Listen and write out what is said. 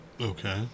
Okay